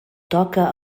toca